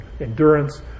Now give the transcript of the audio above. endurance